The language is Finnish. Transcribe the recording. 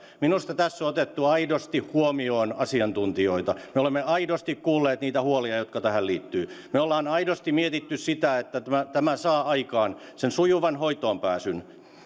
minusta tässä on otettu aidosti huomioon asiantuntijoita me olemme aidosti kuulleet niitä huolia jotka tähän liittyvät me olemme aidosti miettineet sitä että tämä tämä saa aikaan sen sujuvan hoitoonpääsyn